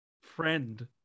friend